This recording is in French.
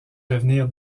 devenir